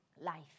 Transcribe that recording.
Life